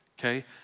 Okay